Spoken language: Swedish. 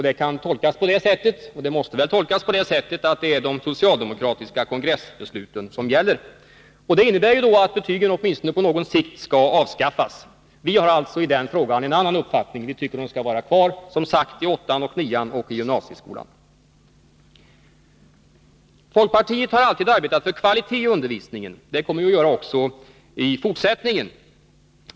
Det kan tolkas, och måste väl tolkas, på det sättet att det är de socialdemokratiska kongressbesluten som gäller. Och det innebär att betygen, åtminstone på sikt, skall avskaffas. Vi har en annan uppfattning i den frågan. Vi tycker, som sagt, att betygen skall vara kvar i åttan och nian och i gymnasieskolan. Folkpartiet har alltid arbetat för kvalitet i undervisningen. Det kommer vi att göra också i fortsättningen.